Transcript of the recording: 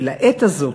ולעת הזאת,